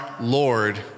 Lord